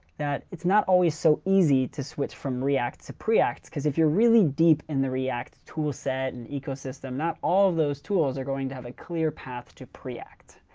it's not always so easy to switch from react to preact, because if you're really deep in the react toolset and ecosystem, not all those tools are going to have a clear path to preact.